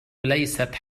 ليست